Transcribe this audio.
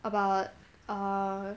about err